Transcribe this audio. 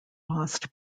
lost